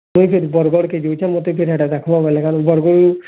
ମୁଇଁ ଫେର୍ ବରଗଡ଼୍ କେ ଯାଉଛେଁ ମୋତେ ଫେର୍ ହେଟା ଦେଖବ୍ ବେଲେ କା'ନ ବରଗଡ଼୍ ରୁ